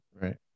Right